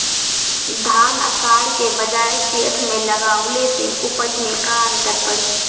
धान आषाढ़ के बजाय जेठ में लगावले से उपज में का अन्तर पड़ी?